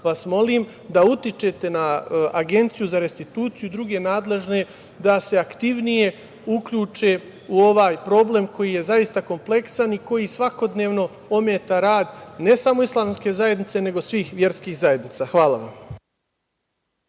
vas molim da utičete na Agenciju za restituciju i druge nadležne da se aktivnije uključe u ovaj problem koji je zaista kompleksan i koji svakodnevno ometa rad, ne samo islamske zajednice, nego svih verskih zajednica. Hvala.